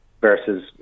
versus